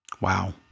Wow